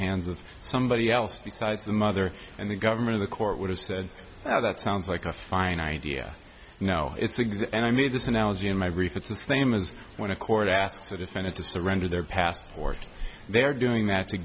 hands of somebody else besides the mother and the government the court would have said yeah that sounds like a fine idea now it's exe and i mean this analogy in my brief it's the same as when a court asks a defendant to surrender their passport they're doing that to